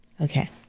Okay